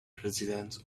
presidents